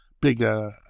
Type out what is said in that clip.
bigger